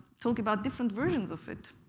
talk about different versions of it.